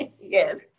yes